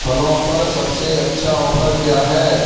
फलों पर सबसे अच्छा ऑफर क्या है